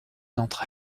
d’entre